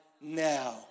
now